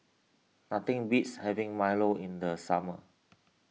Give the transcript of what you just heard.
nothing beats having Milo in the summer